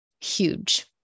huge